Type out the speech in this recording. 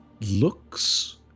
looks